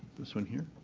this one here?